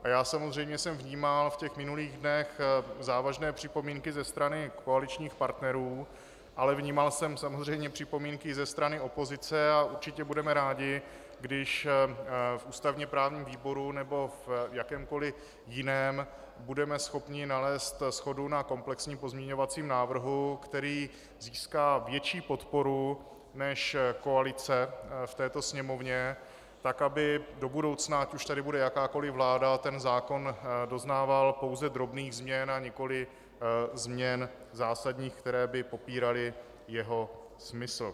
A já samozřejmě jsem vnímal v minulých dnech závažné připomínky ze strany koaličních partnerů, ale vnímal jsem i připomínky ze strany opozice a určitě budeme rádi, když v ústavněprávním výboru nebo v jakémkoli jiném budeme schopni nalézt shodu na komplexním pozměňovacím návrhu, který získá větší podporu než koalice v této sněmovně, tak aby do budoucna, ať už tady bude jakákoli vláda, zákon doznával pouze drobných změn, a nikoli změn zásadních, které by popíraly jeho smysl.